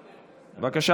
בבקשה.